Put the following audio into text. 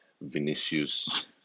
Vinicius